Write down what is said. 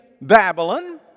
Babylon